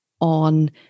on